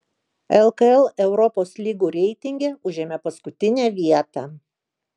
lkl europos lygų reitinge užėmė paskutinę vietą